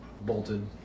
bolted